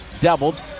doubled